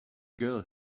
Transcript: girl